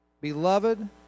Beloved